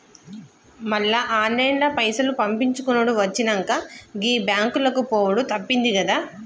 మళ్ల ఆన్లైన్ల పైసలు పంపిచ్చుకునుడు వచ్చినంక, గీ బాంకులకు పోవుడు తప్పిందిగదా